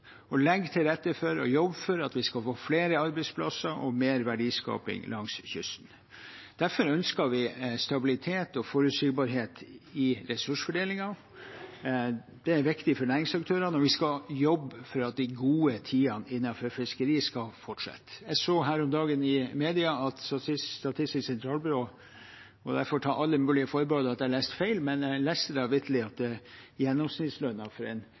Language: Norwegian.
å legge til rette for og å jobbe for at vi skal få flere arbeidsplasser og mer verdiskaping langs kysten. Derfor ønsker vi stabilitet og forutsigbarhet i ressursfordelingen. Det er viktig for næringsaktørene, og vi skal jobbe for at de gode tidene innenfor fiskeri skal fortsette. Her om dagen så jeg i media at ifølge Statistisk sentralbyrå – og jeg får ta alle mulige forbehold om at jeg har lest feil, men jeg leste det da vitterlig – var gjennomsnittslønnen for en